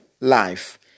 life